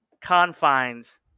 confines